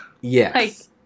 Yes